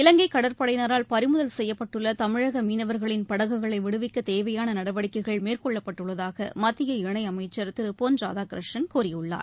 இலங்கைகடற்படையினரால் பறிமுதல் செய்யப்பட்டுள்ளதமிழகமீனவர்களின் படகுகளைவிடுவிக்கதேவையானநடவடிக்கைகள் மேற்கொள்ளப்பட்டுள்ளதாகமத்திய இணயமைச்சர் திருபொன் ராதாகிருஷ்ணன் கூறியுள்ளார்